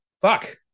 fuck